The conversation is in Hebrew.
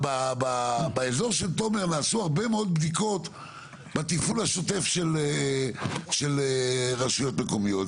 באזור של תומר נעשו הרבה מאוד בדיקות בתפעול השוטף של רשויות מקומיות,